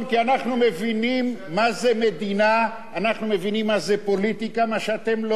זה בדיוק העניין, שאתם משחקים את המשחק.